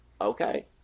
Okay